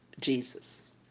Jesus